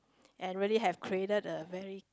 and really have created a very